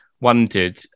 wondered